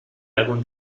algún